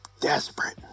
desperate